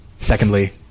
secondly